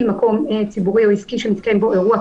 מקום ציבורי או עסקי שמתקיים בו אירוע,